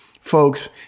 Folks